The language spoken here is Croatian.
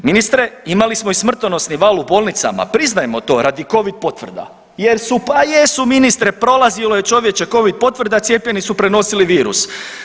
Ministre imali smo i smrtonosni val u bolnicama, priznajmo to radi covid potvrda jer su, pa jesu ministre prolazilo je čovječe covid potvrda, a cijepljeni su prenosili virus.